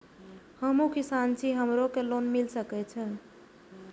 हमू किसान छी हमरो के लोन मिल सके छे?